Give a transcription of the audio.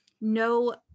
no